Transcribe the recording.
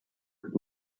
could